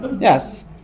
Yes